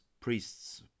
priests